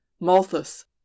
Malthus